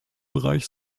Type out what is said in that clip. bereich